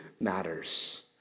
matters